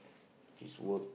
his work